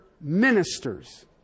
ministers